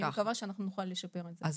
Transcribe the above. אני מקווה שנוכל לשפר את זה.